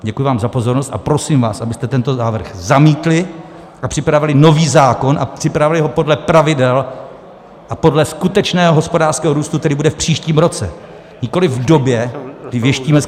Děkuji vám za pozornost a prosím vás, abyste tento návrh zamítli a připravili nový zákon a připravili ho podle pravidel a podle skutečného hospodářského růstu, který bude v příštím roce, nikoliv v době, kdy věštíme z křišťálové koule.